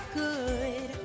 good